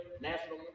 national